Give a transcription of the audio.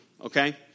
Okay